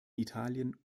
italien